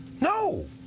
No